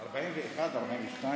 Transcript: גברתי היושבת-ראש, כבוד השר,